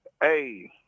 Hey